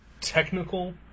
technical